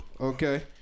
Okay